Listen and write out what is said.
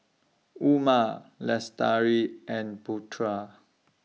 Umar Lestari and Putra